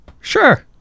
Sure